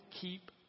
keep